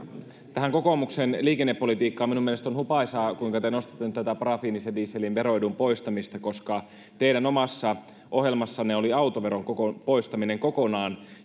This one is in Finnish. tähän kokoomuksen liikennepolitiikkaan minun mielestäni on hupaisaa kuinka te nostatte tätä parafiinisen dieselin veroedun poistamista koska teidän omassa ohjelmassanne oli autoveron poistaminen kokonaan